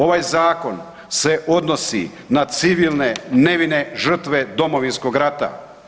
Ovaj zakon se odnosi na civilne nevine žrtve Domovinskog rata.